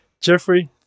Jeffrey